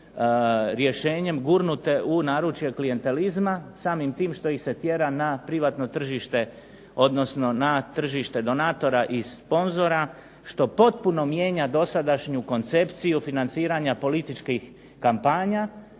rješenjem gurnute u naručje klijentelizma samim tim što ih se tjera na privatno tržište, odnosno na tržište donatora i sponzora što potpuno mijenja dosadašnju koncepciju financiranja političkih kampanja